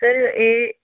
sir ਇਹ